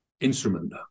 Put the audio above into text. instrument